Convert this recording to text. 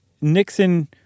nixon